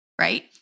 right